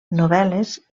novel·les